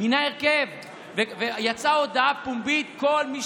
מינה הרכב ויצאה הודעה פומבית: כל מי